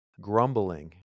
grumbling